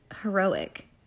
heroic